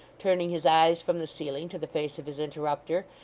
turning his eyes from the ceiling to the face of his interrupter,